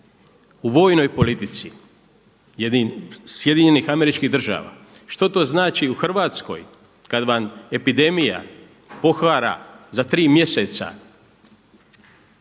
u vojnoj politici Sjedinjenih Američkih Država. Što to znači u Hrvatskoj kad vam epidemija pohara za tri mjeseca